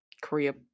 Korea